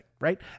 right